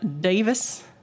Davis